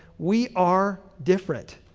we are different.